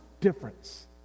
difference